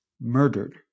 murdered